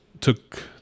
took